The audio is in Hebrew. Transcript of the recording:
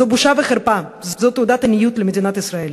זו בושה וחרפה, זאת תעודת עניות למדינת ישראל.